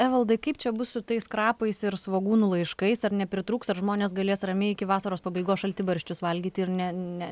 evaldai kaip čia bus su tais krapais ir svogūnų laiškais ar nepritrūks ar žmonės galės ramiai iki vasaros pabaigos šaltibarščius valgyti ir ne ne